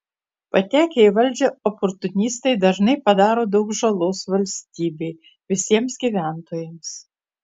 patekę į valdžią oportunistai dažnai padaro daug žalos valstybei visiems gyventojams